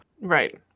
Right